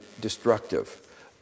destructive